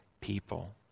people